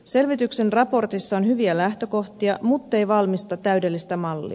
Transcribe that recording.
selvityksen raportissa on hyviä lähtökohtia muttei valmista täydellistä mallia